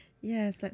Yes